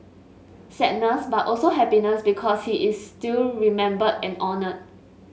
sadness but also happiness because he is still remembered and honoured